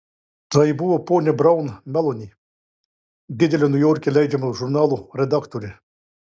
tai buvo ponia braun meloni didelio niujorke leidžiamo žurnalo redaktorė